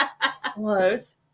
Close